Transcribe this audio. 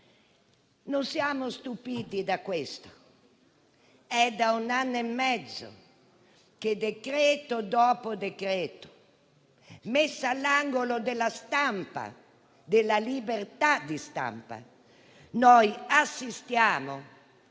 Non siamo stupiti da questo: è da un anno e mezzo che, decreto-legge dopo decreto-legge, messa all'angolo della stampa, della libertà di stampa, noi assistiamo